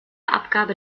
abgabe